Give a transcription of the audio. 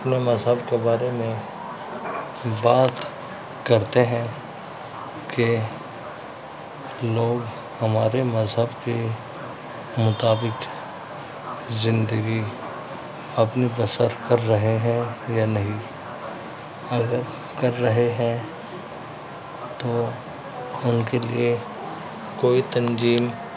اپنے مذہب کے بارے میں بات کرتے ہیں کہ لوگ ہمارے مذہب کے مطابق زندگی اپنی بسر کر رہے ہیں یا نہیں اگر کر رہے ہیں تو ان کے لیے کوئی تنظیم